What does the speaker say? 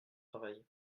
travail